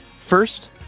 First